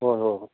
ꯍꯣꯏ ꯍꯣꯏ ꯍꯣꯏ